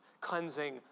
cleansing